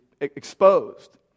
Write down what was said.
exposed